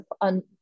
on